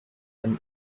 and